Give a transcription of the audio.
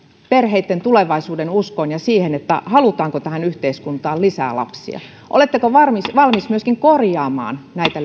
perheitten tulevaisuudenuskoon ja siihen halutaanko tähän yhteiskuntaan lisää lapsia oletteko valmiita myöskin korjaamaan näitä